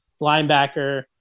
Linebacker